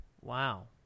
Wow